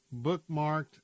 bookmarked